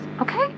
okay